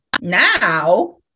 now